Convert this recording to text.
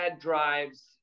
Drives